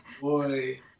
Boy